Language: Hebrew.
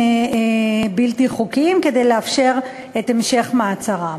בלתי חוקיים כדי לאפשר את המשך מעצרם.